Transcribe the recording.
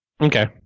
Okay